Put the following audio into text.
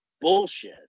bullshit